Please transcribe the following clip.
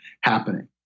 happening